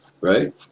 Right